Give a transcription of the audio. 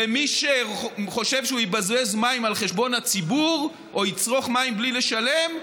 ומי שחושב שהוא יבזבז מים על חשבון הציבור או יצרוך מים בלי לשלם,